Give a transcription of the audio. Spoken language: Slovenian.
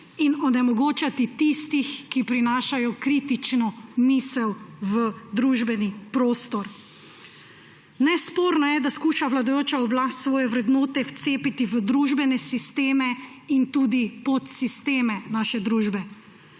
in onemogočati tistih, ki prinašajo kritično misel v družbeni prostor. Nesporno je, da skuša vladajoča oblast svoje vrednote vcepiti v družbene sisteme in tudi podsisteme naše družbe.